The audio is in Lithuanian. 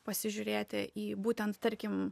pasižiūrėti į būtent tarkim